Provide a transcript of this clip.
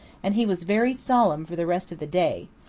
and he was very solemn for the rest of the day,